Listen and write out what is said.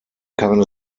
keine